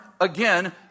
again